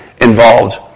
involved